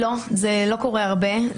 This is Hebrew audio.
לא, זה לא קורה הרבה.